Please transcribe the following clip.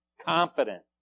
confident